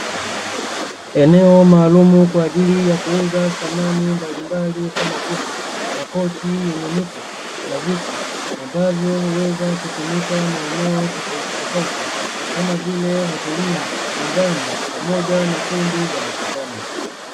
Eneo maalumu kwa ajili ya kuuza samani mbalimbali, kama vile makochi yenye mito na viti ambavyo huweza kutumika maeneo tofauti tofauti kama vile, hotelini, nyumbani, pamoja na kumbi za mikutano.